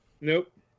Nope